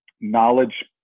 knowledge